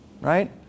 right